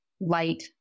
light